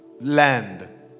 land